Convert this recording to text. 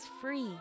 free